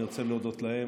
אני רוצה להודות להם,